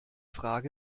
frage